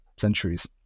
centuries